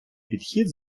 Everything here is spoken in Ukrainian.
підхід